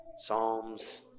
Psalms